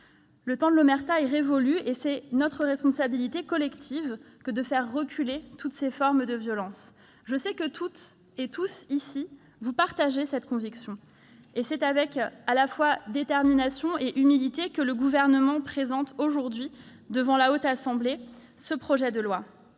Le temps de l'omerta est révolu et il est de notre responsabilité collective de faire reculer toutes ces formes de violence. Je sais que toutes et tous, ici, vous partagez cette conviction, et c'est avec détermination et humilité que le Gouvernement présente aujourd'hui devant la Haute Assemblée ce projet de loi.